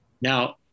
Now